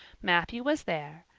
matthew was there,